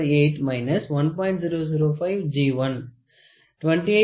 250 G2 27